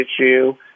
issue